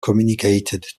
communicated